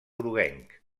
groguenc